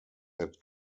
that